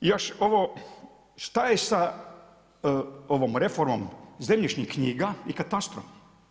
I još ovo, što je sa ovom reformom zemljišnih knjiga i katastra?